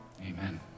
Amen